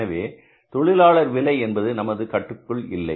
எனவே தொழிலாளர் விலை என்பது நமது கட்டுக்குள் இல்லை